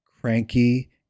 cranky